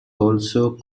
also